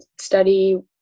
study